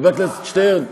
חבר הכנסת שטרן,